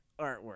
artwork